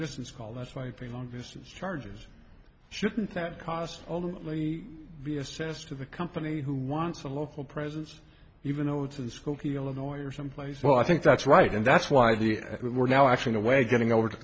distance call this might be long distance charges shouldn't that cost ultimately be assessed to the company who wants a local presence even though it's in skokie illinois or someplace well i think that's right and that's why the we're now actually away getting over to